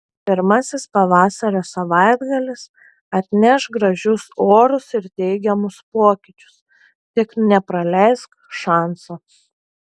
pirmasis pavasario savaitgalis atneš gražius orus ir teigiamus pokyčius tik nepraleisk šanso